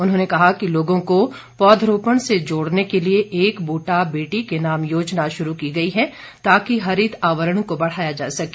उन्होंने कहा कि लोगों को पौधरोपण से जोड़ने के लिए एक ब्रटा बेटी के नाम योजना शुरू की गई है ताकि हरित आवरण को बढ़ाया जा सके